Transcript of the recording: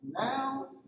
now